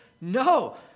no